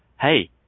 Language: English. hey